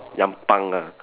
young punk ah